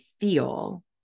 feel